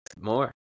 more